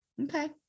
okay